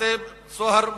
בתי-סוהר מופרטים,